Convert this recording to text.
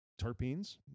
terpenes